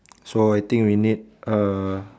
so I think we need uh